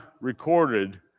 recorded